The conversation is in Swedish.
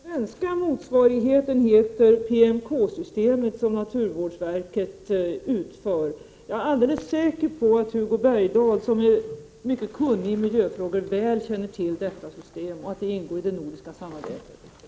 Herr talman! Den svenska motsvarigheten heter PMK-systemet, som naturvårdsverket utför. Jag är alldeles säker på att Hugo Bergdahl, som är mycket kunnig i miljöfrågor, väl känner till detta system och att det ingår i det nordiska samarbetet.